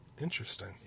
Interesting